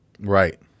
Right